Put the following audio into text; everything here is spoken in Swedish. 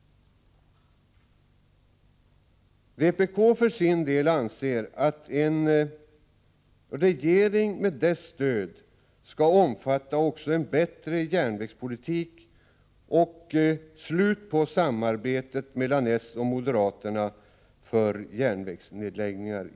Vpk anser för sin del att en regering för att den skall få partiets stöd skall omfatta också en bättre järnvägspolitik och ett slut på samarbetet mellan s och moderaterna när det gäller järnvägsnedläggningar.